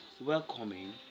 welcoming